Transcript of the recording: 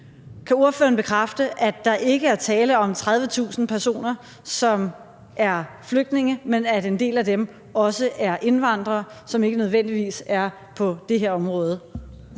Kan ordføreren bekræfte, at der ikke er tale om 30.000 personer, som udelukkende er flygtninge, men at en del af dem også er indvandrere, som ikke nødvendigvis er på det her område?